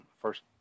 first